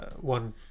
one